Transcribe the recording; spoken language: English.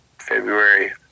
February